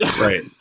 right